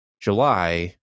July